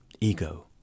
ego